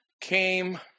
came